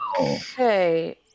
okay